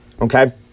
Okay